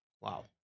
wow